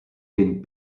den